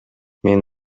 мен